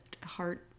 heart